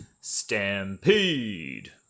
Stampede